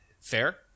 fair